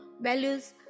values